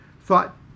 thought